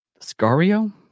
scario